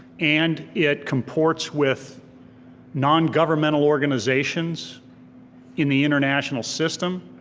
and it comports with non-governmental organizations in the international system,